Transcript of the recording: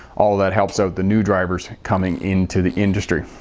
all that helps out the new drivers coming into the industry.